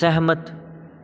ਸਹਿਮਤ